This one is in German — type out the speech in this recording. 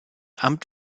amt